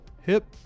hip